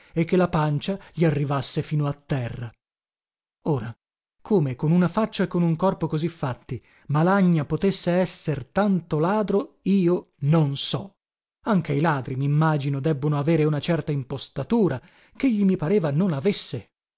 e che la pancia gli arrivasse fino a terra ora come con una faccia e con un corpo così fatti malagna potesse esser tanto ladro io non so anche i ladri mimmagino debbono avere una certa impostatura chegli mi pareva non avesse